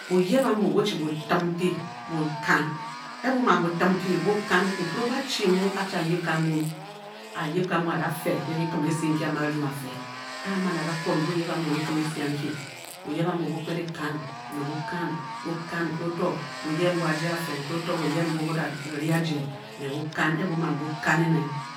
Buyep ambu buchi bh-tim mpyi, bu- kan. Nkere okhi o-fyi ke kyikun esi n kyi amu a-ryu ng a-fu a-kwon n. Bukire aje afee nang achat, a bu-ma bu-kan